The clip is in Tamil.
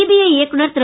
சிபிஐ இயக்குநர் திரு